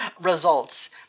results